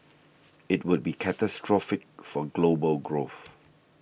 it would be catastrophic for global growth